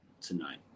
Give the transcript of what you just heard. tonight